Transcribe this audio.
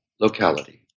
locality